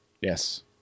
Yes